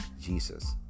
Jesus